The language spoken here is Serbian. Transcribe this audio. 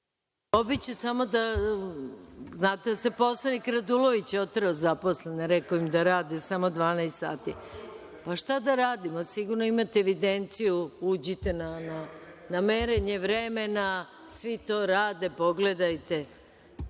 Dobiće. Znate da je poslanik Radulović oterao zaposlene. Rekao im da rade samo 12 sati. Šta da radimo, sigurno imate evidenciju, uđite na merenje vremena, svi to rade, pogledajte.